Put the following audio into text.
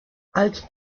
als